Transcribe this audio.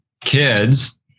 kids